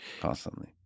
constantly